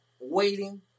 waiting